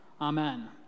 Amen